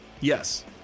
yes